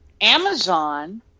Amazon